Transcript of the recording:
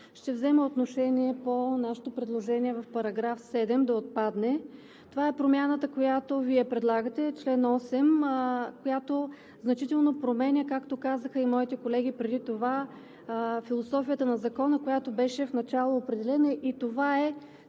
ще взема отношение по нашето предложение –§ 7 да отпадне. Това е промяната, която Вие предлагате за чл. 8, която значително променя, както казаха и моите колеги преди това, философията на Закона. Тя беше в начално определение.